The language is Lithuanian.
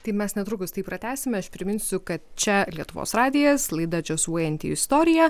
tai mes netrukus tai pratęsime aš priminsiu kad čia lietuvos radijas laida džiazuojanti istorija